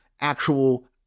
actual